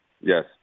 Yes